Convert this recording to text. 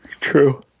True